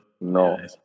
No